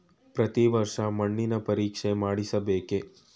ಪ್ರತಿ ವರ್ಷ ಮಣ್ಣಿನ ಪರೀಕ್ಷೆ ಮಾಡಿಸಬೇಕೇ?